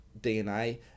DNA